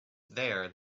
there